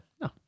No